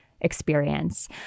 experience